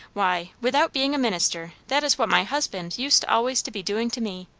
why, without being a minister, that is what my husband used always to be doing to me.